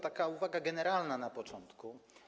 Taka uwaga generalna na początku.